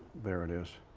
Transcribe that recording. there it is.